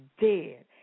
dead